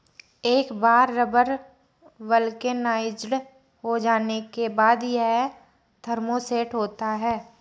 एक बार rubber vulcanised हो जाने के बाद, यह थर्मोसेट होता है